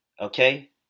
Okay